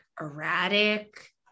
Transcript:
erratic